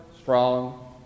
strong